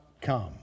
come